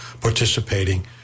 participating